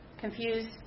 confused